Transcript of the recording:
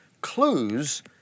clues